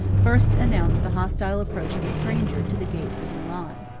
first announced the hostile approach of a stranger to the gates of milan.